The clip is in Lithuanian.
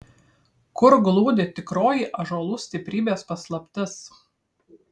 kur glūdi tikroji ąžuolų stiprybės paslaptis